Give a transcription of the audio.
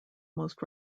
most